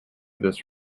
this